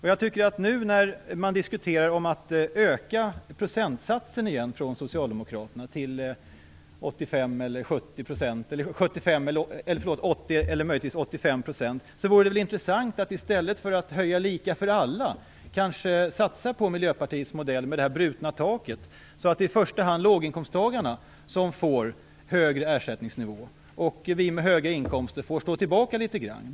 Nu när Socialdemokraterna återigen diskuterar en ökning av procentsatsen från 75 % till 80 eller möjligtvis 85 % vore det väl intressant att, i stället för att höja lika för alla, satsa på Miljöpartiets modell med brutet tak. I första hand skulle då låginkomsttagarna få en högre ersättningsnivå. Vi som har höga inkomster får då stå tillbaka litet grand.